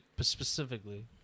specifically